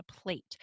plate